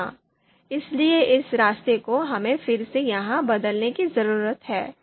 हां इसलिए इस रास्ते को हमें फिर से यहां बदलने की जरूरत है